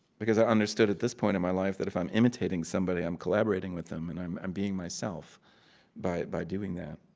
because i understood at this point in my life that if i'm imitating somebody, i'm collaborating with them, and i'm i'm being myself by by doing that.